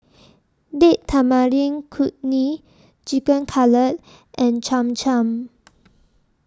Date Tamarind Chutney Chicken Cutlet and Cham Cham